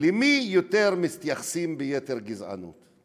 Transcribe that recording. למי מתייחסים ביתר גזענות.